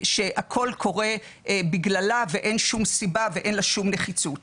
שהכל קורה בגללה ואין שום סיבה ואין לה שום נחיצות.